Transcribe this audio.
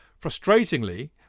Frustratingly